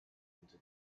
into